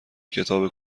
کتاب